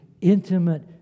Intimate